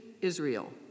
Israel